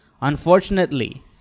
Unfortunately